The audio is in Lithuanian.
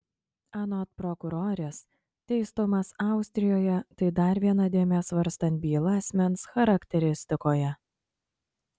anot prokurorės teistumas austrijoje tai dar viena dėmė svarstant bylą asmens charakteristikoje